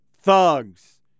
Thugs